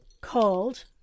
called